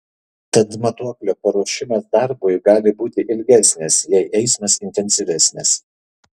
tad matuoklio paruošimas darbui gali būti ilgesnis jei eismas intensyvesnis